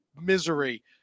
misery